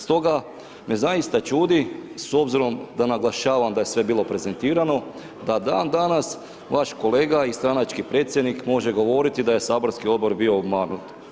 Stoga me zaista čudi s obzirom da naglašavam da je sve bilo prezentirano da dan danas vaš kolega i stranački predsjednik može govoriti da je saborski odbor bio obmanut.